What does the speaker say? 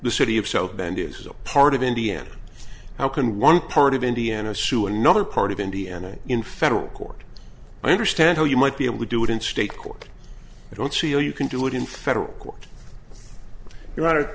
the city of south bend is a part of indiana how can one part of indiana sue another part of indiana in federal court i understand how you might be able to do it in state court i don't see all you can do it in federal court you're out of